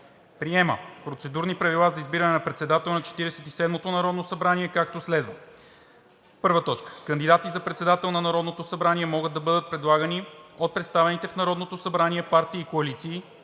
Приема Процедурни правила за избиране на председател на Четиридесет и седмото народно събрание, както следва: 1. Кандидати за председател на Народното събрание могат да бъдат предлагани от представените в Народното събрание партии и коалиции,